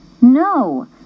No